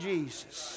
Jesus